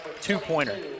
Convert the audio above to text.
two-pointer